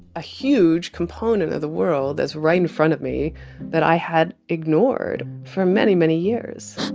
a huge component of the world that's right in front of me that i had ignored for many, many years